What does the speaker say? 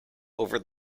over